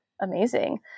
amazing